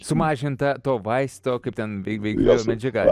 sumažinta to vaisto kaip ten vei veiklioji medžiaga